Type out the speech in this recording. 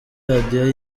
radiyo